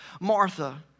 Martha